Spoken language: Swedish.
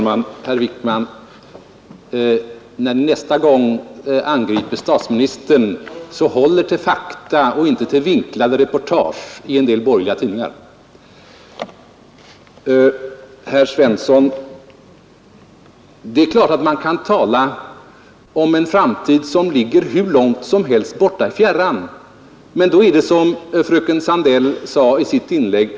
Fru talman! När ni nästa gång angriper statsministern, herr Wijkman, så håll er till fakta och inte till vinklade reportage i en del borgerliga tidningar. Det är klart att man kan tala om en framtid som ligger hur långt som helst borta i fjärran, herr Svensson i Malmö, men då är diskussionen rätt ointressant — som fröken Sandell sade i sitt inlägg.